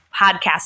podcast